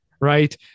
Right